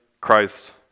Christ